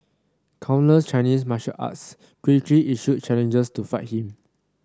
countless Chinese martial artists quickly issued challenges to fight him